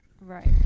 right